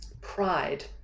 pride